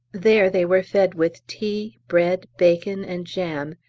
there they were fed with tea, bread, bacon, and jam,